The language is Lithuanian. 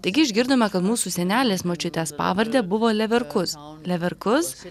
taigi išgirdome kad mūsų senelės močiutės pavardė buvo leverkuz leverkuz